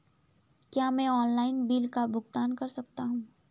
क्या मैं online bill का भुगतान कर सकता हूँ?